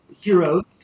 heroes